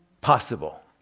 Possible